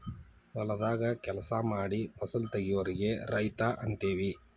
ಹೊಲದಾಗ ಕೆಲಸಾ ಮಾಡಿ ಫಸಲ ತಗಿಯೋರಿಗೆ ರೈತ ಅಂತೆವಿ